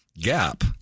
Gap